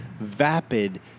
vapid